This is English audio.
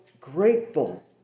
grateful